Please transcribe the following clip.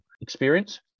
experience